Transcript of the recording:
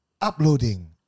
uploading